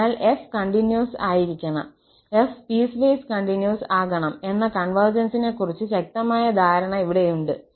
അതിനാൽ f continuous ആയിരിക്കണം 𝑓′ piecewise continuous ആകണം എന്ന കോൺവെർജൻസിനെകുറിച്ച് ശക്തമായ ധാരണ ഇവിടെയുണ്ട്